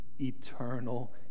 eternal